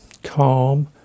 Calm